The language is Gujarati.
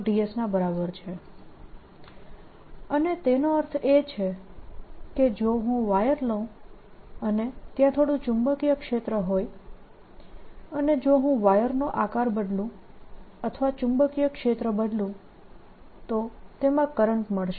ds અને તેનો અર્થ એ છે કે જો હું વાયર લઉં અને ત્યાં થોડું ચુંબકીય ક્ષેત્ર હોય અને જો હું વાયરનો આકાર બદલું અથવા ચુંબકીય ક્ષેત્ર બદલું તો તેમાં કરંટ મળશે